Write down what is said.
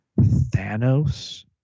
thanos